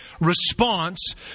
response